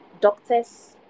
doctors